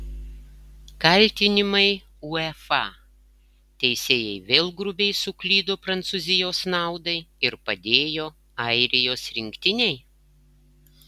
kaltinimai uefa teisėjai vėl grubiai suklydo prancūzijos naudai ir padėjo airijos rinktinei